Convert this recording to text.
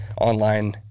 online